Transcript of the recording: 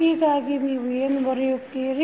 ಹೀಗಾಗಿ ನೀವು ಏನು ಬರೆಯುತ್ತೀರಿ